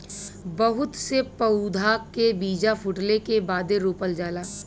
बहुत से पउधा के बीजा फूटले के बादे रोपल जाला